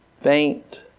faint